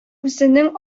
үзенең